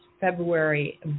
February